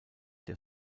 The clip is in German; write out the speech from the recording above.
der